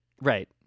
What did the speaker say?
Right